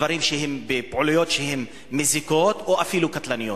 בפעילויות שהן מזיקות או אפילו קטלניות.